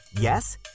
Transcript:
yes